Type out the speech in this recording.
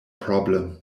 problem